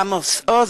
עמוס עוז,